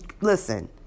listen